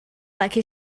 like